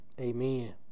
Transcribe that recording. amen